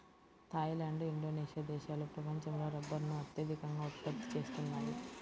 Thai land, Indonesia దేశాలు ప్రపంచంలో రబ్బరును అత్యధికంగా ఉత్పత్తి చేస్తున్నాయి